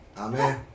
Amen